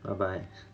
bye bye